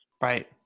Right